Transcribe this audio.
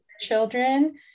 children